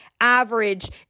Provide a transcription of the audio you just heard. average